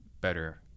better